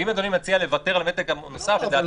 אם אדוני מציע לוותר על המתג הנוסף לדעתי